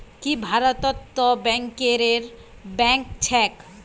की भारतत तो बैंकरेर बैंक छेक